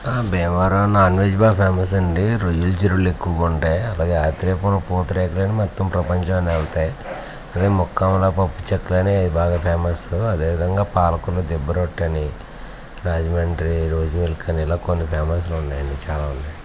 Bhimavaram non veg బాగా famous అండి రొయ్యల చెరువులు ఎక్కువగా ఉంటాయి అలాగే ఆత్రేయపురం పూతరేకులని మొత్తం ప్రపంచాన్ని ఏలుతాయి అలాగే మొక్కాములా పప్పు చెక్కలనే బాగా ఫేమసు అదేవిధంగా పాలకూర దిబ్బ రొట్టె అని రాజమండ్రి రోస్ మిల్క్ అని ఇలా కొన్ని ఫేమస్లు ఉన్నాయండి చాలా ఉన్నాయి